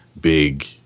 big